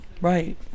Right